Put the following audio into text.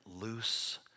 loose